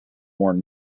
more